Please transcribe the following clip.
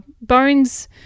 bones